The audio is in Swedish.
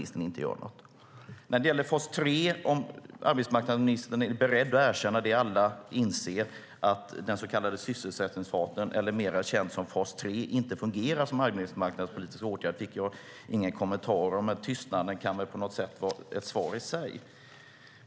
Jag fick ingen kommentar om fas 3 och om arbetsmarknadsministern är beredd att erkänna det som alla inser - att den så kallade sysselsättningsfasen, den som är mer känd som fas 3, inte fungerar som arbetsmarknadspolitisk åtgärd. Men tystnaden kan väl på något sätt vara ett svar i sig.